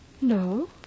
No